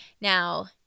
Now